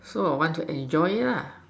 so I'll want to enjoy it lah